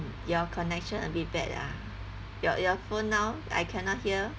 your connection a bit bad ah your your phone now I cannot hear